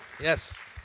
Yes